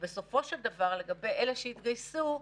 ובסופו של דבר, לגבי אלה שהתגייסו,